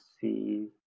see